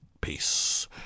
peace